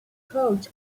coach